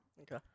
Okay